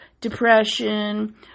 depression